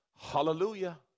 Hallelujah